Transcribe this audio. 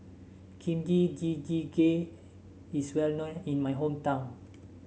Kimchi Jjigae is well known in my hometown